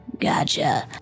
Gotcha